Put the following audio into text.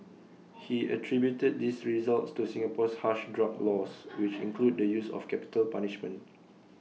he attributed these results to Singapore's harsh drug laws which include the use of capital punishment